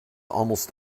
almost